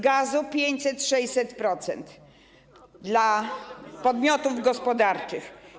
gazu - 500-600% dla podmiotów gospodarczych.